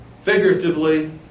figuratively